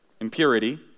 impurity